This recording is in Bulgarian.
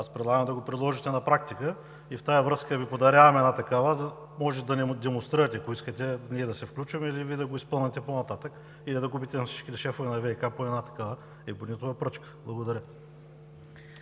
предлагам да го приложите на практика. В тази връзка Ви подарявам една такава. Може да ни демонстрирате, ако искате, ние да се включим или Вие да го изпълните по-нататък, или да купите на всичките шефове на ВиК по една такава ебонитова пръчка. Благодаря.